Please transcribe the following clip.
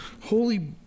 Holy